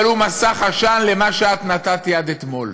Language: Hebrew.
אבל הוא מסך עשן למה שאת נתת יד אתמול,